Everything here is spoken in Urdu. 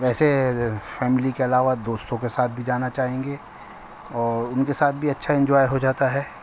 ویسے فیملی کے علاوہ دوستوں کے ساتھ بھی جانا چاہیں گے اور ان کے ساتھ بھی اچھا انجوائے ہو جاتا ہے